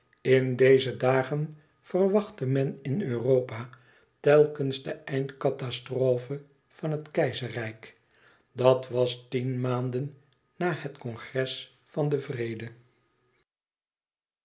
in deze dagen verwachtte men in europa telkens de eind catastrofe van het keizerrijk dat was tien maanden na het congres van den vrede